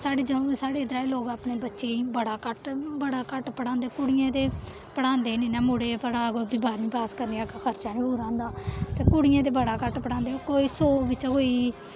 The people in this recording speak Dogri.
साढ़े साढ़े इद्धरा दे लोक साढ़े बच्चें गी बड़ा घट्ट बड़ा घट्ट पढ़ांदे कुड़ियें गी पढ़ांदे गै नेईं ना मुड़े गी पढ़ाग बाह्रमीं पास करने बाद खर्चा निं पूरा होंदा ते कुड़ियें गी बड़ा घट्ट पढ़ांदे कोई सौ बिच्चा कोई